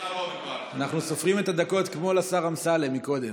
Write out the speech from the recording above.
אנחנו סופרים את הדקות כמו לשר אמסלם קודם.